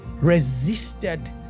resisted